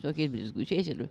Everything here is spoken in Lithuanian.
tokiais blizgučiais ir